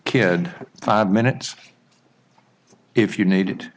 kidd five minutes if you needed